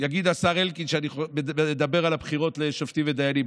יגיד השר אלקין שאני מדבר על הבחירות לשופטים ודיינים.